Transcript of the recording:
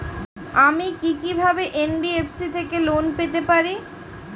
আমি কি কিভাবে এন.বি.এফ.সি থেকে লোন পেতে পারি?